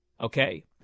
okay